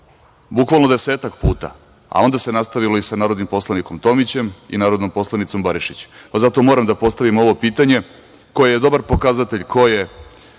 bukvalno desetak puta, a onda se nastavilo i sa narodnim poslanikom Tomićem i narodnom poslanicom Barišić. Zato moram da postavim ovo pitanje koje je dobar pokazatelj ko je